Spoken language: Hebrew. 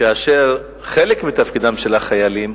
כאשר בין יתר תפקידיהם של החיילים,